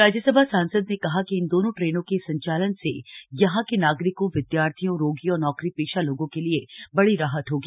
राज्यसभा सांसद ने कहा कि इन दोनों ट्रेनों के संचालन से यहां के नागरिकों विद्यार्थियों रोगियों और नौकरीपेशा लोगों के लिए बड़ी राहत होगी